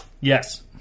Yes